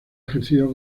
ejercido